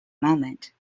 moment